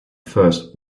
first